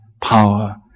power